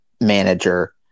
manager